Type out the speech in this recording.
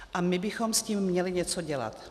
A my bychom s tím měli něco dělat.